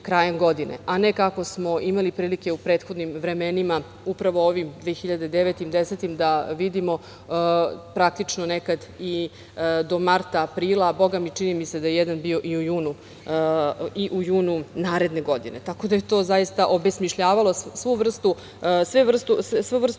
krajem godine, a ne kako smo imali prilike u prethodnim vremenima, upravo ovim 2009, 2010. godinama da vidimo nekada i do marta, aprila, a bogami čini mi se da je jedan bio i u junu naredne godine. Tako da je to obesmišljavalo svu vrstu